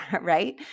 right